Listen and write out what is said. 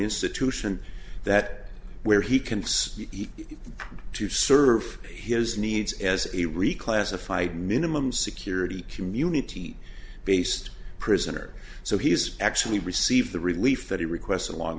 institution that where he can speak to serve his needs as a reclassified minimum security community based prisoner so he's actually received the relief that he requested long